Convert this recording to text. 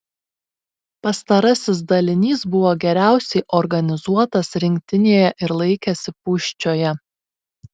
pastarasis dalinys buvo geriausiai organizuotas rinktinėje ir laikėsi pūščioje